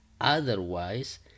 otherwise